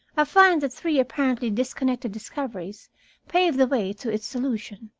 i find that three apparently disconnected discoveries paved the way to its solution.